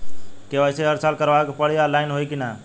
KYC हर साल करवावे के पड़ी और ऑनलाइन होई की ना?